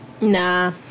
Nah